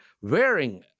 wearing